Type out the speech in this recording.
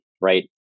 right